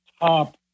top